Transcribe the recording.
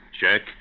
Check